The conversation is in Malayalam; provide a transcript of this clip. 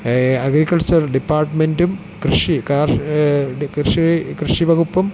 അഗ്രിക്കൾച്ചർ ഡിപ്പാർട്ട്മെൻ്റും കൃഷി കൃഷി വകുപ്പും